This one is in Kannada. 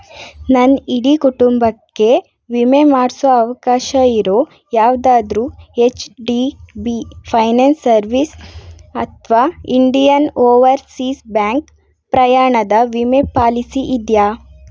ನನ್ನ ಇಡೀ ಕುಟುಂಬಕ್ಕೆ ವಿಮೆ ಮಾಡಿಸೋ ಅವಕಾಶ ಇರೋ ಯಾವುದಾದ್ರೂ H D B finance service ಅಥವಾ ಇಂಡಿಯನ್ ಓವರ್ಸೀಸ್ ಬ್ಯಾಂಕ್ ಪ್ರಯಾಣದ ವಿಮೆ ಪಾಲಿಸಿ ಇದೆಯಾ